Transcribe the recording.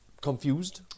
Confused